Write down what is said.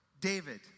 David